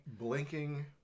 Blinking